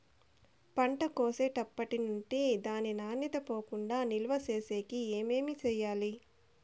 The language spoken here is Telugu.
పంట కోసేటప్పటినుండి దాని నాణ్యత పోకుండా నిలువ సేసేకి ఏమేమి చేయాలి?